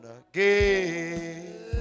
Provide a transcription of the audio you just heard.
again